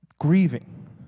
grieving